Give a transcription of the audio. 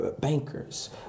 bankers